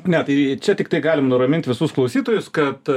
ne tai čia tiktai galim nuramint visus klausytojus kad